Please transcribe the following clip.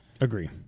Agree